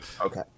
Okay